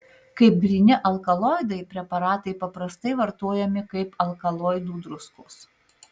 kaip gryni alkaloidai preparatai paprastai vartojami kaip alkaloidų druskos